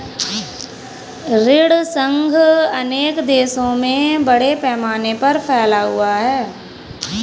ऋण संघ अनेक देशों में बड़े पैमाने पर फैला हुआ है